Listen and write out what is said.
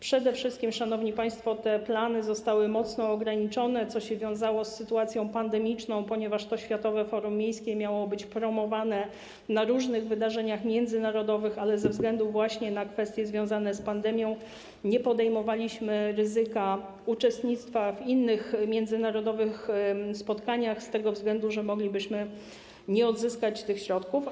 Przede wszystkim, szanowni państwo, te plany zostały mocno ograniczone, co się wiązało z sytuacją pandemiczną, ponieważ Światowe Forum Miejskie miało być promowane podczas różnych wydarzeń międzynarodowych, ale ze względu na kwestie związane z pandemią nie podejmowaliśmy ryzyka uczestnictwa w innych międzynarodowych spotkaniach z tego względu, że moglibyśmy nie odzyskać środków.